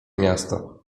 miasto